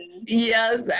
yes